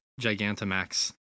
Gigantamax